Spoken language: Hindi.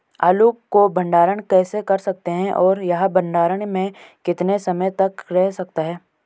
आलू को भंडारण कैसे कर सकते हैं और यह भंडारण में कितने समय तक रह सकता है?